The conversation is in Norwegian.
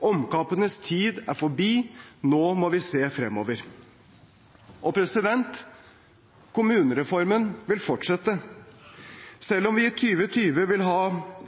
Omkampenes tid er forbi. Nå må vi se fremover. Kommunereformen vil fortsette. Selv om vi i 2020 vil ha